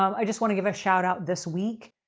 i just want to give a shout out this week.